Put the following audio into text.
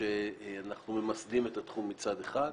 שאנחנו ממסדים את התחום מצד אחד.